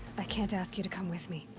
i can't ask you to come with me.